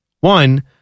One